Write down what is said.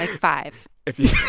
like five if you